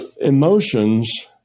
emotions